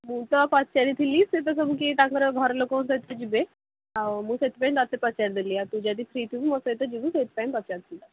ମୁଁ ତ ପଚାରିଥିଲି ସିଏ ତ ସବୁ କିଏ ତାଙ୍କର ଘର ଲୋକଙ୍କ ସହିତ ଯିବେ ଆଉ ମୁଁ ସେଇଥିପାଇଁ ତୋତେ ପଚାରିଦେଲି ଆ ତୁ ଯଦି ଫ୍ରି ଥିବୁ ମୋ ସହିତ ଯିବୁ ସେଇଥିପାଇଁ ପଚାରୁଥିଲି